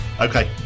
Okay